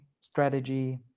strategy